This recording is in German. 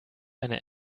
eine